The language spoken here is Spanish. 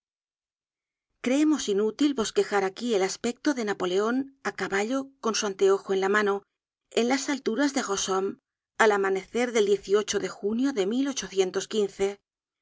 creemos inútil bosquejar aquí el aspecto de napoleon á caballo con su anteojo en la mano en las alturas de rosomme al amanecer del de junio de